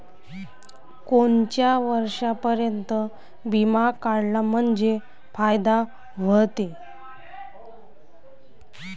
कोनच्या वर्षापर्यंत बिमा काढला म्हंजे फायदा व्हते?